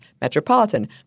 Metropolitan